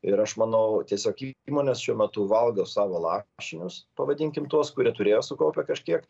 ir aš manau tiesiog įmonės šiuo metu valgo savo lašinius pavadinkim tuos kurie turėjo sukaupę kažkiek